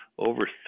Over